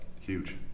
Huge